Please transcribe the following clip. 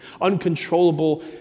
uncontrollable